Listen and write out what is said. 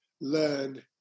learn